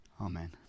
Amen